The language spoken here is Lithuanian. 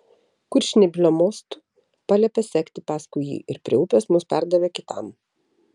kurčnebylio mostu paliepė sekti paskui jį ir prie upės mus perdavė kitam